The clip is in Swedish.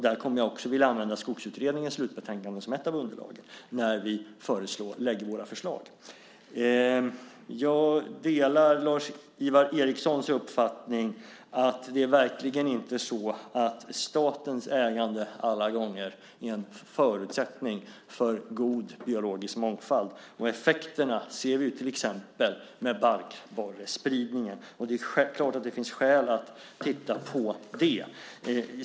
Där kommer jag också att vilja använda Skogsutredningens slutbetänkande som ett av underlagen när vi lägger fram våra förslag. Jag delar Lars-Ivar Ericsons uppfattning att statens ägande verkligen inte alla gånger är en förutsättning för god biologisk mångfald. Effekterna ser vi till exempel när det gäller barkborrespridningen. Det är självklart att det finns skäl att titta närmare på det.